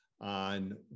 on